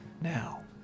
Now